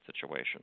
situation